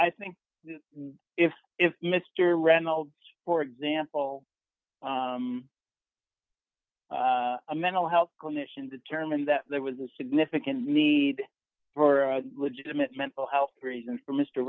i think if if mr reynolds for example a mental health commission determined that there was a significant need for a legitimate mental health reason for m